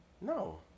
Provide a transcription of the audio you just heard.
No